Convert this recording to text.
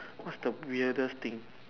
what's the weirdest thing